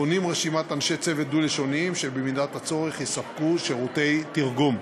בונים רשימת אנשי צוות דו-לשוניים שבמידת הצורך יספקו שירותי תרגום.